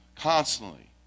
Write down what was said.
constantly